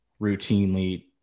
routinely